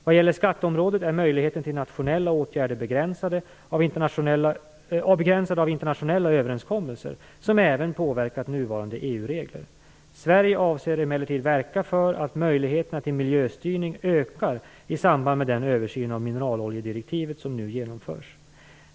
Vad gäller skatteområdet är möjligheten till nationella åtgärder begränsad av internationella överenskommelser som även påverkat nuvarande EU-regler. Sverige avser emellertid att verka för att möjligheterna till miljöstyrning ökar i samband med den översyn av mineraloljedirektivet som nu genomförs.